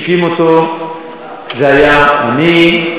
מי שהקים אותה זה היה אני.